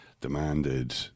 demanded